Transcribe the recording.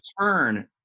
turn